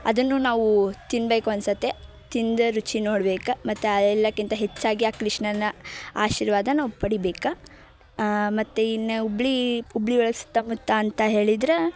ಅದನ್ನು ನಾವು ತಿನ್ನಬೇಕು ಅನಿಸುತ್ತೆ ತಿಂದೇ ರುಚಿ ನೋಡ್ಬೇಕು ಮತ್ತು ಎಲ್ಲಕ್ಕಿಂತ ಹೆಚ್ಚಾಗಿ ಆ ಕೃಷ್ಣನ ಆಶೀರ್ವಾದ ನಾವು ಪಡಿಬೇಕು ಮತ್ತು ಇನ್ನು ಹುಬ್ಳಿ ಹುಬ್ಳಿಯೊಳಗ್ ಸುತ್ತಮುತ್ತ ಅಂತ ಹೇಳಿದ್ರೆ